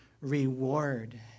reward